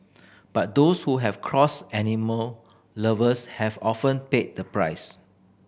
but those who have crossed animal lovers have often paid the price